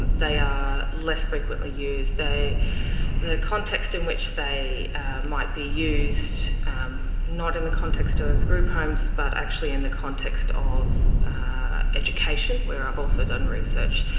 they are less frequently used. used. the context in which they might be used not in the context of group homes but actually in the context of education, where i've also done research.